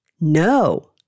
No